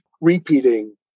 repeating